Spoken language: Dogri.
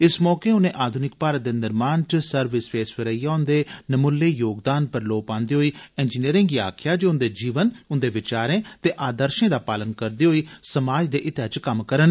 इस मौके उनें आधुनिक भारत दे निर्माण च सर विस्वेस्वरैया हुंदे नमुल्ले योगदान पर लोह् पांदे होई इंजीनियरें गी आक्खेआ जे ओ उंदे जीवन उंदे विचारें ते आदर्शें दा पालन करदे होई समाज दे हित्तै च कम्म करन